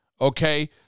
Okay